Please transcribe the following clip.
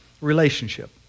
relationship